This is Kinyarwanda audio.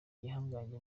igihangange